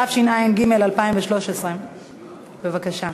התשע"ג 2013. בבקשה.